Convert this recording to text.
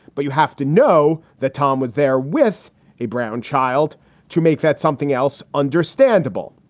but you have to know that tom was there with a brown child to make that something else understandable.